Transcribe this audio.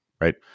right